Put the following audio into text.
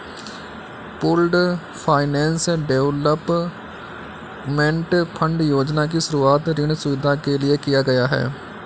pooled finance development fund योजना की शुरूआत ऋण सुविधा के लिए किया गया है